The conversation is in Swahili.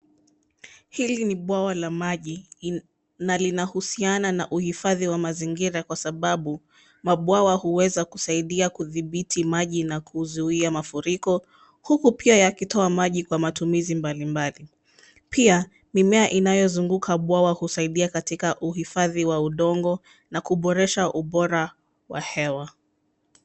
Hili ni bwawa la maji na linahusiana na uhifadhi wa mazingira kwa sababu mabwawa huweza kusaidia kudhibiti maji na kuzuia mafuriko huku pia yakitoa maji kwa matumizi mbalimbali. Pia mimea inayozunguka bwawa husaidia katika uhifadhi wa udongo na kuboresha ubora wa hewa.